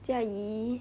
jia yi